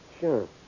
Sure